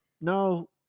no